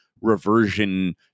reversion